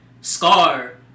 Scar